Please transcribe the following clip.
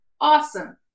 Awesome